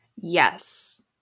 Yes